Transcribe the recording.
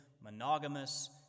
monogamous